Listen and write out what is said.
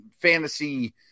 fantasy